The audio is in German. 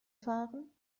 fahren